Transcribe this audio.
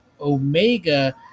Omega